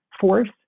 force